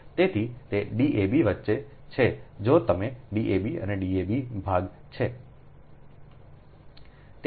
તેથી તે D a b વચ્ચે છે જો તમે D a b અને D a b ભાગ છે